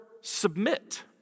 submit